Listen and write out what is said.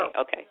okay